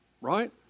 Right